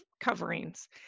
coverings